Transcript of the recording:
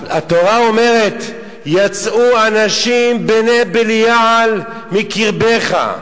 התורה אומרת: יצאו אנשים בני בליעל מקרבך,